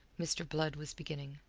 mr. blood was beginning.